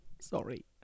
Sorry